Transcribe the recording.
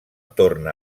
torna